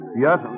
Yes